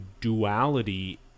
duality